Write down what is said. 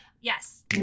Yes